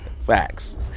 Facts